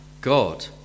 God